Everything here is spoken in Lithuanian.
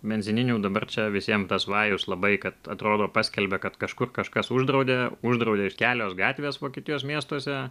benzininių dabar čia visiem tas vajus labai kad atrodo paskelbė kad kažkur kažkas uždraudė uždraudė kelios gatvės vokietijos miestuose